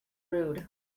rude